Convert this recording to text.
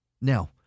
Now